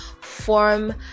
form